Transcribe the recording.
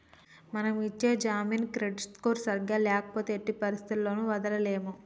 మనం ఇచ్చే జామీను క్రెడిట్ స్కోర్ సరిగ్గా ల్యాపోతే ఎట్టి పరిస్థతుల్లోను వదలలేము